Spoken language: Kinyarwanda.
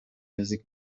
music